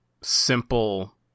simple